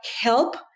help